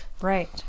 Right